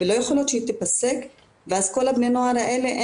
ולא יכול להיות שהיא תיפסק וכל בני הנוער האלה,